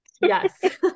Yes